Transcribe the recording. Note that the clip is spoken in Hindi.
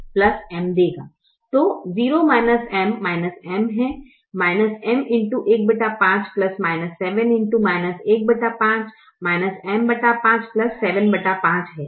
तो 0 M M है M x 15 7 x 15 M 5 75 है